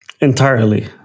entirely